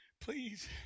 Please